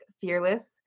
fearless